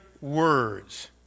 words